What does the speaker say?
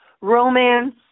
Romance